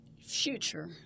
future